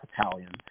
Italian